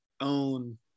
own